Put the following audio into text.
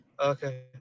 Okay